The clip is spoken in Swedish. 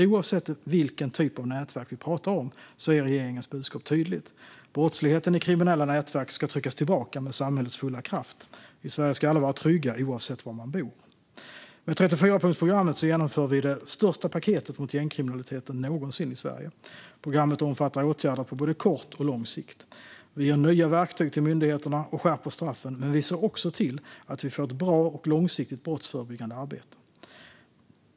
Oavsett vilken typ av nätverk vi pratar om är regeringens budskap tydligt. Brottsligheten i kriminella nätverk ska tryckas tillbaka med samhällets fulla kraft. I Sverige ska alla vara trygga, oavsett var man bor. Med 34-punktsprogrammet genomför vi det största paketet mot gängkriminaliteten någonsin i Sverige. Programmet omfattar åtgärder på både kort och lång sikt. Vi ger nya verktyg till myndigheterna och skärper straffen, men vi ser också till att vi får ett bra och långsiktigt brottsförebyggande arbete.